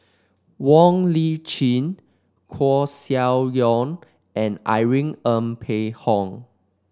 Wong Lip Chin Koeh Sia Yong and Irene Ng Phek Hoong